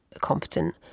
competent